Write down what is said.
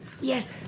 Yes